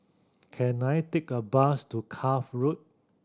can I take a bus to Cuff Road